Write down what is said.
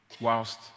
whilst